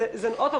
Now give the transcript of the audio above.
עוד פעם,